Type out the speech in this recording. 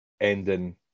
ending